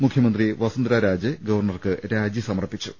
മുഖ്യമന്ത്രി വസുന്ധരാരാജെ ഗവർണർക്ക് രാജി സമർപ്പിച്ചു